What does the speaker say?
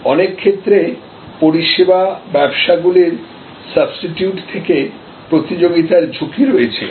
অনেক ক্ষেত্রেপরিষেবা ব্যবসায়গুলির সাবস্টিটিউট থেকে প্রতিযোগিতার ঝুঁকি রয়েছে